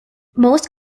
most